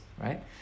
Right